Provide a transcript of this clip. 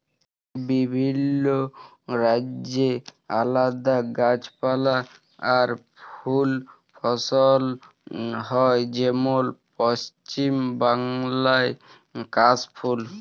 বিভিল্য রাজ্যে আলাদা গাছপালা আর ফুল ফসল হ্যয় যেমল পশ্চিম বাংলায় কাশ ফুল